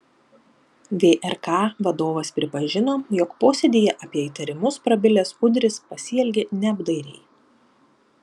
vrk vadovas pripažino jog posėdyje apie įtarimus prabilęs udris pasielgė neapdairiai